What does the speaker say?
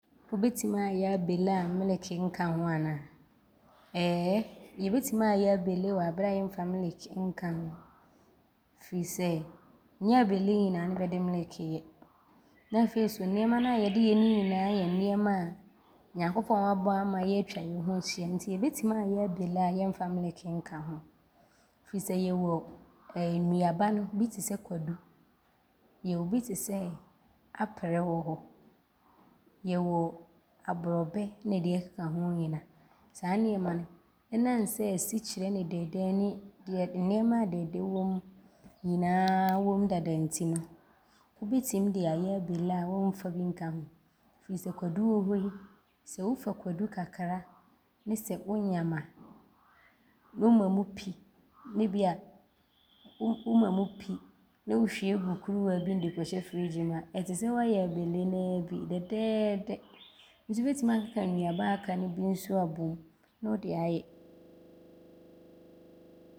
Wobɛtim aayɛ a abele a meleke nka ho anaa? Aane yɛbɛtim aayɛ abele a aberɛ a yɛmfa meleke nka firi sɛ nyɛ abele nyinaa ne bɛde meleke yɛ. Ne afei so nnoɔma no a bɛde yɛ ne nyinaa yɛ nnoɔma a Nyankopɔn abɔ ama yɛ a atwa yɛ ho ahyia nti yɛbɛtim aayɛ abele a yɛmfa meleke nka ho firi sɛ yɛwɔ nnuaba no bi te sɛ kwadu, yɛwɔ bi te sɛ aprɛ wɔ hɔ. Yɛwɔ aborɔbɛ ne deɛ ɔkeka hoo nyinaa. Saa nnoɔma no, ɔnam sɛ asikyirɛ ne dɛɛdɛɛ, yɛde nnoɔma a dɛɛdɛɛ ne nyinaa wom dada ne nti no, wobɛtim de ayɛ abele a womfa bi nka ho firi sɛ kwadu wɔ hɔ yi, sɛ wofa kwadu kakra ne sɛ wonyam a, ne woma mu pi ne wohwie gu kuruwaa bi mu de kɔhyɛ friiigyi mu a, ɔte sɛ woayɛ abele noaa bi. Dɛdɛɛdɛ nti wobɛtim aakeka nnuaba a aka ne bi nso abom ne wode aayɛ.